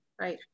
right